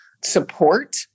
support